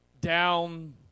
down